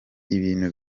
ibintu